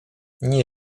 nie